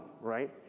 right